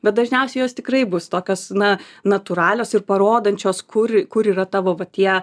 bet dažniausiai jos tikrai bus tokios na natūralios ir parodančios kur kur yra tavo va tie